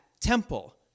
temple